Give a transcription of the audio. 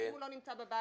אם הוא לא נמצא בבית,